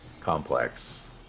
complex